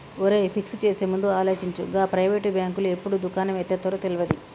ఒరేయ్, ఫిక్స్ చేసేముందు ఆలోచించు, గా ప్రైవేటు బాంకులు ఎప్పుడు దుకాణం ఎత్తేత్తరో తెల్వది